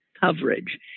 coverage